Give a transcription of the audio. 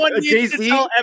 Jay-Z